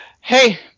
Hey